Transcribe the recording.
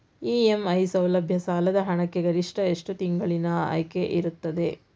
EMI ಸೌಲಭ್ಯ ಸಾಲದ ಹಣಕ್ಕೆ ಗರಿಷ್ಠ ಎಷ್ಟು ತಿಂಗಳಿನ ಆಯ್ಕೆ ಇರುತ್ತದೆ?